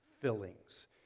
fillings